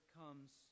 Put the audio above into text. comes